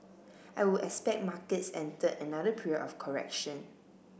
I would expect markets entered another period of correction